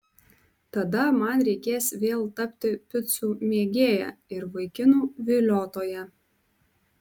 tada man reikės vėl tapti picų mėgėja ir vaikinų viliotoja